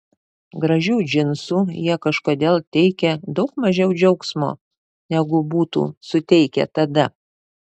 gražių džinsų jie kažkodėl teikia daug mažiau džiaugsmo negu būtų suteikę tada